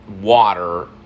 water